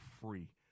free